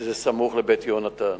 וזה סמוך ל"בית יהונתן".